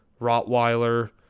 Rottweiler